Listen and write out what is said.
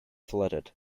flooded